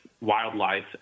wildlife